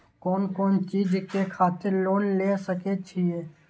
कोन कोन चीज के खातिर लोन ले सके छिए?